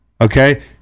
okay